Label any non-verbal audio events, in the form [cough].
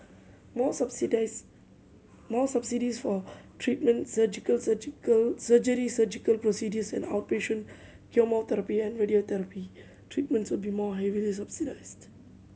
more [unintelligible] more subsidies for treatment surgical surgical surgery surgical procedures and outpatient chemotherapy and radiotherapy treatments will be more heavily subsidized